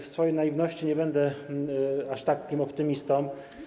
W swojej naiwności nie będę aż takim optymistą.